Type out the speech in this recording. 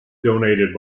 donated